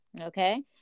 Okay